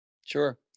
Sure